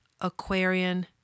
Aquarian